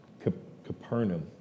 Capernaum